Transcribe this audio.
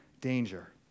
danger